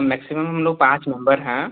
maximum हम लोग पाँच मेम्बर हैं